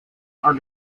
are